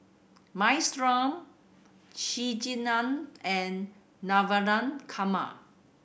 Minestrone Chigenan and Navratan Korma